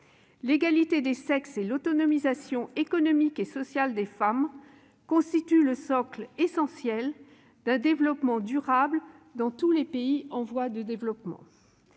l'égalité des sexes et l'autonomisation économique et sociale des femmes constituent le socle essentiel d'un développement durable dans tous les pays en voie de développement.